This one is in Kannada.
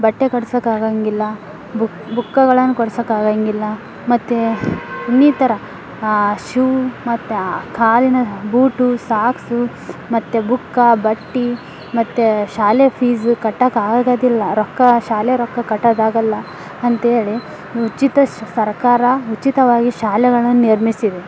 ಬಟ್ಟೆ ಕೊಡ್ಸಕ್ಕೆ ಆಗಂಗಿಲ್ಲ ಬುಕ್ ಬುಕ್ಕಗಳನ್ನು ಕೊಡ್ಸಕ್ಕೆ ಆಗಂಗಿಲ್ಲ ಮತ್ತು ಇನ್ನಿತರ ಶೂ ಮತ್ತು ಆ ಕಾಲಿನ ಬೂಟು ಸಾಕ್ಸು ಮತ್ತು ಬುಕ್ಕ ಬಟ್ಟೆ ಮತ್ತು ಶಾಲೆ ಫೀಸ್ ಕಟ್ಟಕ್ಕೆ ಆಗೋದಿಲ್ಲ ರೊಕ್ಕ ಶಾಲೆ ರೊಕ್ಕ ಕಟ್ಟಕ್ಕೆ ಆಗೋಲ್ಲ ಅಂತೇಳಿ ಉಚಿತ ಸರ್ಕಾರ ಉಚಿತವಾಗಿ ಶಾಲೆಗಳನ್ನು ನಿರ್ಮಿಸಿದೆ